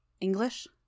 English